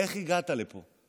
איך הגעת לפה?